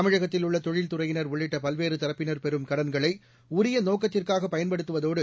தமிழகத்தில் உள்ள தொழில்துறையினர் உள்ளிட்ட பல்வேறு தரப்பினர் பெறும் கடன்களை உரிய நோக்கத்திற்காக பயன்படுத்துவதோடு